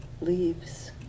leaves